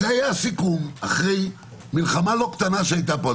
זה היה הסיכום אחרי מלחמה לא קטנה שהיתה פה,